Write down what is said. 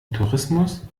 tourismus